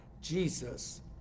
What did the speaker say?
Jesus